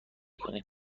کنیم